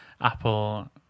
Apple